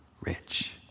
rich